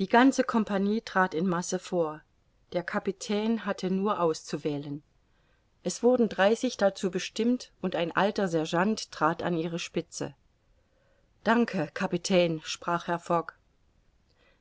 die ganze compagnie trat in masse vor der kapitän hatte nur auszuwählen es wurden dreißig dazu bestimmt und ein alter sergeant trat an ihre spitze danke kapitän sprach herr fogg